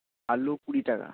আলু কুড়ি টাকা